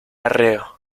arreo